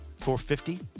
450